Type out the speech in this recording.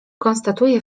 konstatuje